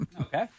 okay